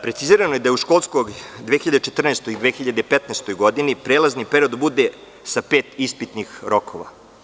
Precizirano je da u školskoj 2014-2015. godini prelazni period bude sa pet ispitnih rokova.